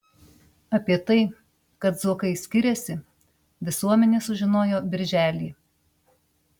apie tai kad zuokai skiriasi visuomenė sužinojo birželį